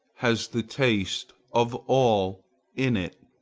has the taste of all in it.